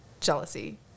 jealousy